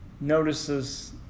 notices